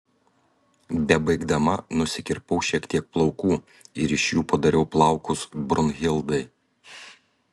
bebaigdama nusikirpau šiek tiek plaukų ir iš jų padariau plaukus brunhildai